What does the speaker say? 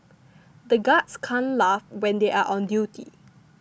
the guards can't laugh when they are on duty